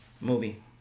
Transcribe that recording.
movie